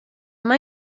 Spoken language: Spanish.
más